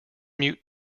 mute